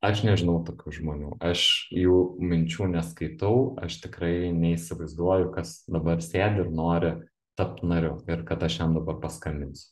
aš nežinau tokių žmonių aš jų minčių neskaitau aš tikrai neįsivaizduoju kas dabar sėdi ir nori tapt nariu ir kad aš jam dabar paskambinsiu